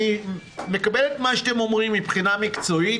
אני מקבל את מה שאתם אומרים מבחינה מקצועית,